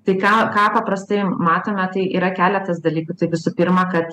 tai ką ką paprastai matome tai yra keletas dalykų tai visų pirma kad